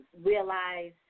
realize